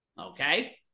okay